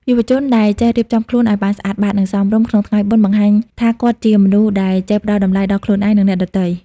យុវជនដែលចេះ "រៀបចំខ្លួនឱ្យបានស្អាតបាត និងសមរម្យ" ក្នុងថ្ងៃបុណ្យ បង្ហាញថាគាត់ជាមនុស្សដែលចេះផ្ដល់តម្លៃដល់ខ្លួនឯង និងអ្នកដទៃ។